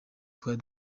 twari